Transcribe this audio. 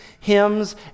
hymns